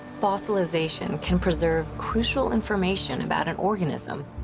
fossilization can preserve crucial information about an organism.